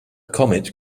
comet